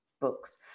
books